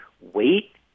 wait